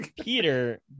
Peter